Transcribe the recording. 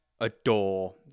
adore